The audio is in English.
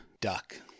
duck